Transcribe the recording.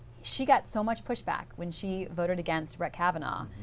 she got so much pushback when she voted against brad cavanaugh.